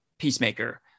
peacemaker